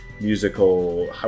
musical